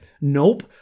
Nope